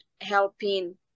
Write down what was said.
helping